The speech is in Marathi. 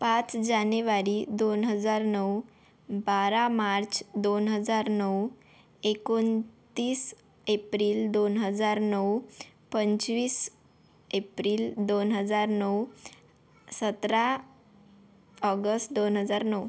पाच जानेवारी दोन हजार नऊ बारा मार्च दोन हजार नऊ एकोणतीस एप्रिल दोन हजार नऊ पंचवीस एप्रिल दोन हजार नऊ सतरा ऑगस् दोन हजार नऊ